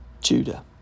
Judah